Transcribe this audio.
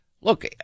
Look